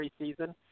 preseason